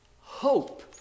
Hope